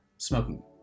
smoking